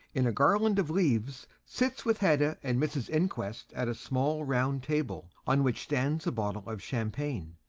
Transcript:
in a garland of leaves, sits with hedda and mrs inquest at a small round table, on which stands a bottle of champagne.